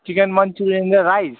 chicken Manchurian र rice